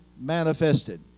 manifested